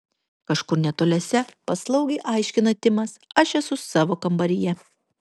kažkur netoliese paslaugiai aiškina timas aš esu savo kambaryje